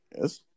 Yes